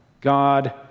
God